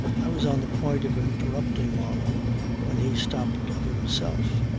i was on the point of interrupting marlow when he stopped of himself,